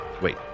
Wait